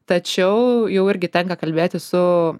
tačiau jau irgi tenka kalbėtis su